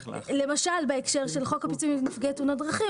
למשל בהקשר של חוק הפיצויים לנפגעי תאונות דרכים,